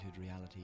reality